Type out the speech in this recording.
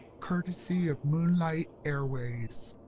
courtesy of moonlight airways!